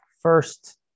First